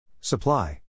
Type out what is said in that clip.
Supply